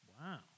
Wow